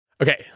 Okay